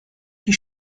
die